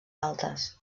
altes